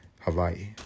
Hawaii